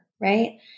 right